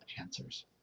answers